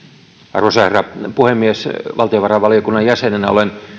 arvoisa herra puhemies valtiovarainvaliokunnan jäsenenä olen